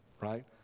right